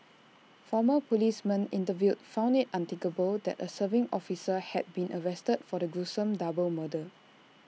former policemen interviewed found IT unthinkable that A serving officer had been arrested for the gruesome double murder